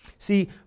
See